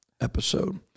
episode